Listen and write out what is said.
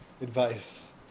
advice